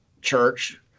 Church